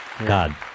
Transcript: God